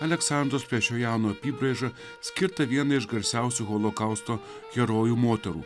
aleksandros plešojano apybraiža skirtą vieną iš garsiausių holokausto herojų moterų